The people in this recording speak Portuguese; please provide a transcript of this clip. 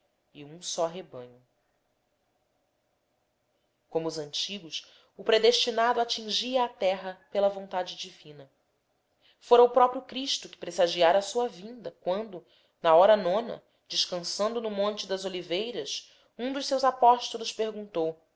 e um só rebanho como os antigos o predestinado atingia a terra pela vontade divina fora o próprio cristo que pressagiara a sua vinda quando na hora nona descançando no monte das oliveiras um dos seus apostolos perguntou